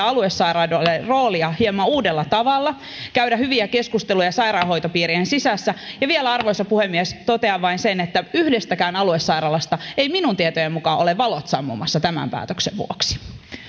aluesairaaloiden roolia hieman uudella tavalla käydä hyviä keskusteluja sairaanhoitopiirien sisässä vielä arvoisa puhemies totean vain sen että yhdestäkään aluesairaalasta eivät minun tietojeni mukaan ole valot sammumassa tämän päätöksen vuoksi